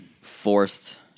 forced